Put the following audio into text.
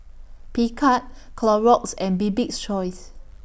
Picard Clorox and Bibik's Choice